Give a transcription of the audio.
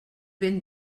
ben